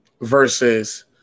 Versus